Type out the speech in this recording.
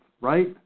right